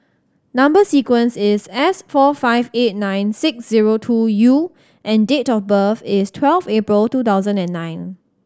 number sequence is S four five eight nine six zero two U and date of birth is twelve April two thousand and nine